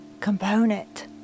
component